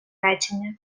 речення